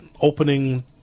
opening